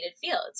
fields